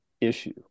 issue